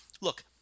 Look